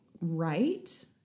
right